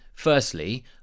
Firstly